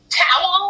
towel